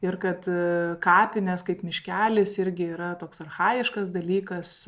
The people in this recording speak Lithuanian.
ir kad kapinės kaip miškelis irgi yra toks archajiškas dalykas